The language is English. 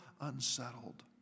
unsettled